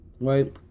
right